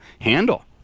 handle